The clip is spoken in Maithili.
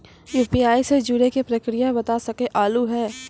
यु.पी.आई से जुड़े के प्रक्रिया बता सके आलू है?